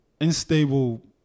unstable